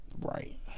Right